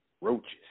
roaches